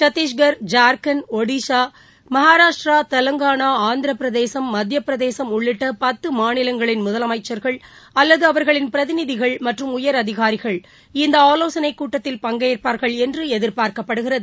சட்டஸ்கர் ஜார்கண்ட் ஒடிஷா மகராஷ்ட்ரா தெவங்காளா ஆந்திரப்பிரதேசம் மத்தியப்பிரதேசம் உள்ளிட்ட பத்து மாநிலங்களின் முதலமைச்சர்கள் அல்லது அவர்களின் பிரதிநிதிகள் மற்றும் உயரதிகாரிகள் இந்த ஆலோசனைக்கூட்டத்தில் பங்கேற்பார்கள் என்று எதிர்பார்க்கப்படுகிறது